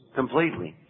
completely